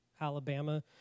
Alabama